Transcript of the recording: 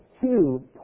two